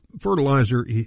fertilizer